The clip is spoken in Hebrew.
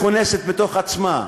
מכונסת בתוך עצמה,